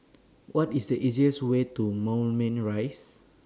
What IS The easiest Way to Moulmein Rise